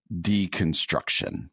deconstruction